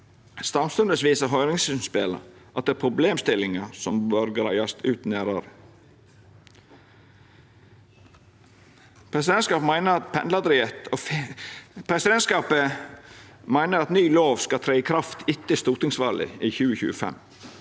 Samstundes viser høyringsinnspela at det er problemstillingar som bør greiast ut nærare. Presidentskapet meiner at ny lov skal tre i kraft etter stortingsvalet i 2025,